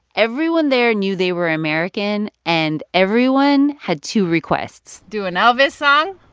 everyone there knew they were american. and everyone had two requests do an elvis song.